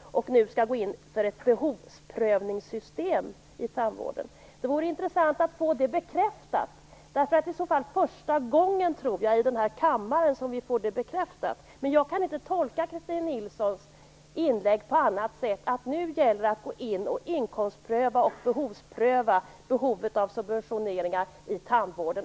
och nu skall gå in för ett behovsprövningssystem i tandvården? Det vore intressant att få det bekräftat. Jag tror att det i så fall är första gången som vi får det bekräftat här i kammaren. Jag kan inte tolka Christin Nilssons inlägg på annat sätt än att nu gäller det att gå in och inkomstpröva och pröva behovet av subventioner i tandvården.